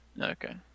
Okay